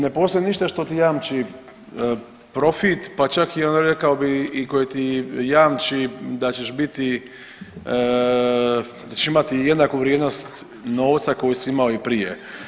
Ne postoji ništa što ti jamči profit pa čak i ono rekao bi koje ti jamči da ćeš biti, da ćeš imati jednaku vrijednost novca koju si imao i prije.